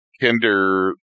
kinder